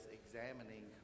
examining